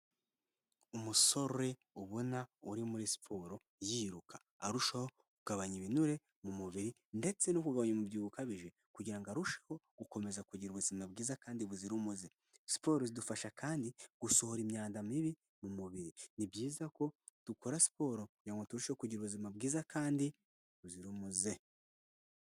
Umusore ubona uri muri siporo yiruka arushaho kugabanya ibinure mu mubiri ndetse no kugabanya umubyibuho ukabije kugirango ngo arusheho gukomeza kugira ubuzima bwiza kandi buzira umuze. Siporo zidufasha kandi gusohora imyanda mibi mu mubiri. Ni byiza ko dukora siporo kugira ngo turusheho kugira ubuzima bwiza kandi buzira umuze.